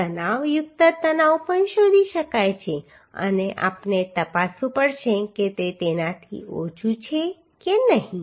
અને તાણયુક્ત તણાવ પણ શોધી શકાય છે અને આપણે તપાસવું પડશે કે તે તેનાથી ઓછું છે કે નહીં